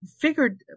figured